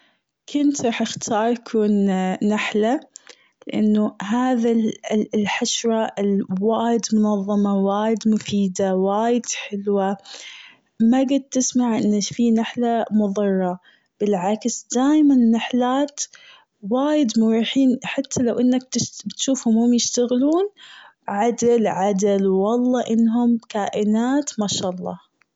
كنت راح اختار كون نحلة، لأنه هذا ال-ال-الحشوة ال-وايد منظمة وايد مفيدة وايد حلوة، ما قد تسمع إن في نحلة مضرة، بالعكس دائما النحلات وايد مريحين حتى لو إنك تش-بتشوفوهم وهم يشتغلون عدل عدل والله إنهم كائنات ما شاء الله.